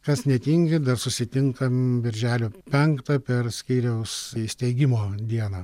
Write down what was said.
kas netingi dar susitinkam birželio penktą per skyriaus įsteigimo dieną